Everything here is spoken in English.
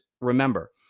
remember